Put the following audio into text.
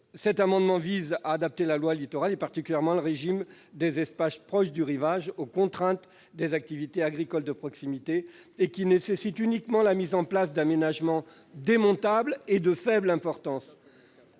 Cet amendement vise donc à adapter la loi Littoral, et plus particulièrement le régime des espaces proches du rivage, aux contraintes des activités agricoles de proximité, qui nécessitent uniquement la mise en place d'aménagements démontables et de faible importance.